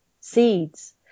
seeds